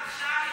הוראת שעה.